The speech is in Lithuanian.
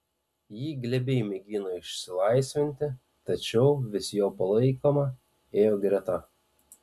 ji glebiai mėgino išsilaisvinti tačiau vis jo palaikoma ėjo greta